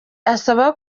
asaba